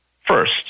First